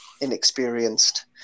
inexperienced